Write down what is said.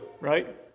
right